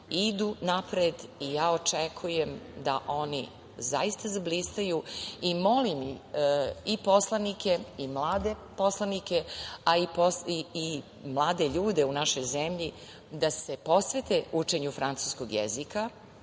idu napred. Očekujem da oni zaista zablistaju i molim i poslanike, mlade poslanike, a i mlade ljude u našoj zemlji da se posvete učenju francuskog jezika.